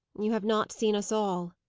you have not seen us all,